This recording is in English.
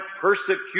persecution